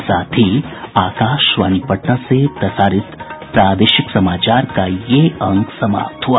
इसके साथ ही आकाशवाणी पटना से प्रसारित प्रादेशिक समाचार का ये अंक समाप्त हुआ